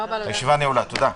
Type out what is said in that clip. הישיבה נעולה, תודה.